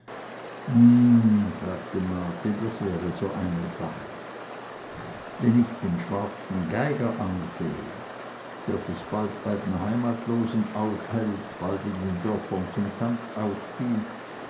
sagte marti das wäre so eine sache wenn ich den schwarzen geiger ansehe der sich bald bei den heimatlosen aufhält bald in den dörfern zum tanz aufspielt